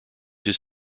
his